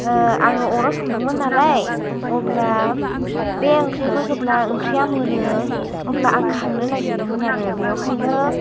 आङो अराव संदोंमोन नालाय अब्ला बे ओंख्रिखौ जेब्ला ओंख्रिया मोनो अब्ला आं खांनाे नागिरदोंमोन आराे बेयावहायनो